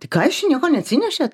tai ką jūs čia nieko neatsinešėt